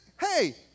hey